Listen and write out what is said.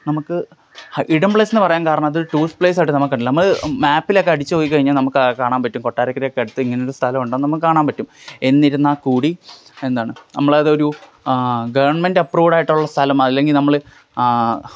നമുക്ക് ഹ ഹിഡൻ പ്ലേസെന്ന് പറയാൻ കാരണം അത് ടൂറിസ്റ്റ് പ്ലേസായിട്ട് നമുക്ക് കണ്ടില്ല നമ്മള് മാപ്പിലൊക്കെ അടിച്ചുനോക്കിക്കഴിഞ്ഞാല് നമുക്ക് അത് കാണാൻ പറ്റും കൊട്ടാരക്കരയൊക്കെ അടുത്ത് ഇങ്ങനെ ഒരു സ്ഥലം ഉണ്ടെന്ന് നമുക്ക് കാണാൻ പറ്റും എന്നിരുന്നാല്ക്കൂടി എന്താണ് നമ്മളതൊരു ഗവൺമെൻ്റ് അപ്രൂവ്ഡ് ആയിട്ടുള്ള സ്ഥലം അല്ലെങ്കിൽ നമ്മള്